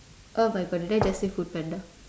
oh my god then I just say foodpanda